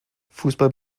fußball